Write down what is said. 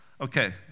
Okay